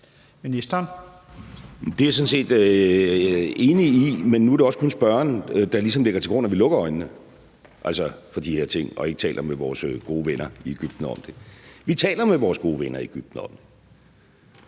Det er jeg sådan set enig i, men nu er det også kun spørgeren, der ligesom lægger til grund, at vi lukker øjnene for de her ting og ikke taler med vores gode venner i Egypten om det. Vi taler med vores gode venner i Egypten om det.